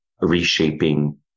reshaping